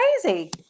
crazy